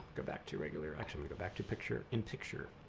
go back to regular, actually go back to picture, in picture.